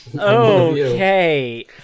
Okay